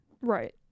Right